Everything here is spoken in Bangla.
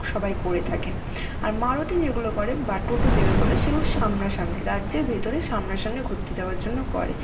সবাই করে থাকেন আর মারুতি যেগুলো করে বা টোটো যেগুলো বলে সেগুলো সামনা সামনি রাজ্যের ভেতরে সামনা সামনি ঘুরতে যাওয়ার জন্য করে